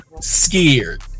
scared